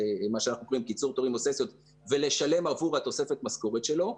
קיצור תורים --- ולשלם עבור תוספת המשכורת שלו.